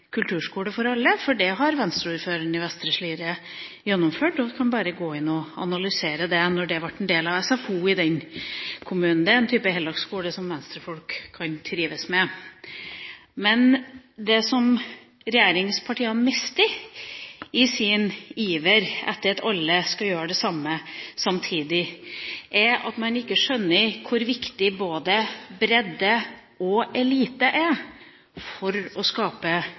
kulturskole for alle, for det har Venstre-ordføreren i Vestre Slidre gjennomført, da det ble en del av SFO i den kommunen, og man kan bare gå inn og analysere det. Det er en type heldagsskole som Venstre-folk kan trives med. Det som regjeringspartiene mister i sin iver etter at alle skal gjøre det samme samtidig, er at man ikke skjønner hvor viktig både bredde og elite er for å skape